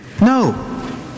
no